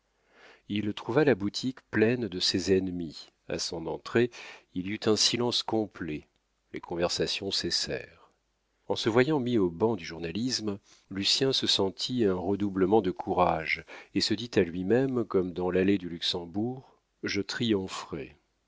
il trouva la boutique pleine de ses ennemis a son entrée il y eut un silence complet les conversations cessèrent en se voyant mis au ban du journalisme lucien se sentit un redoublement de courage et se dit en lui-même comme dans l'allée du luxembourg je triompherai